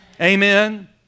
Amen